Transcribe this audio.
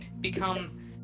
become